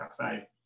cafe